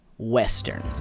Western